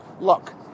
look